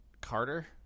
Carter